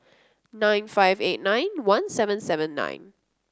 nine five eight nine one seven seven nine